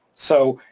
so